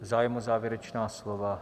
Zájem o závěrečná slova?